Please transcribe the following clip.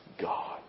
God